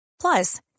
Plus